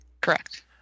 Correct